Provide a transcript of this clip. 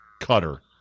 cutter